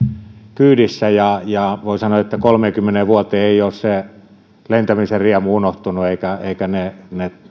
kyydissä ja ja voin sanoa että kolmeenkymmeneen vuoteen ei ole se lentämisen riemu unohtunut eivätkä eivätkä ne